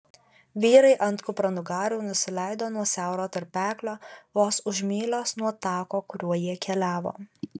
vyrai ant kupranugarių nusileido nuo siauro tarpeklio vos už mylios nuo tako kuriuo jie keliavo